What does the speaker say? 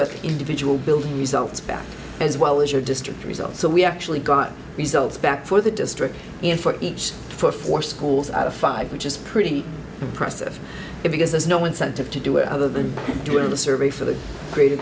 the individual building results back as well as your district results so we actually got results back for the district and for each for four schools out of five which is pretty impressive because there's no incentive to do it other than doing the survey for the greater